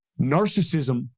Narcissism